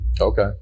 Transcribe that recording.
okay